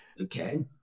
Okay